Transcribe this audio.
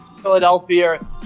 Philadelphia